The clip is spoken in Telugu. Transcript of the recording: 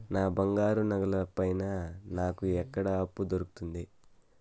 నా బంగారు నగల పైన నాకు ఎక్కడ అప్పు దొరుకుతుంది